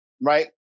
right